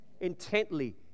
Intently